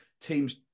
teams